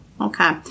Okay